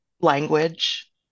language